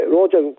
Roger